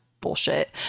bullshit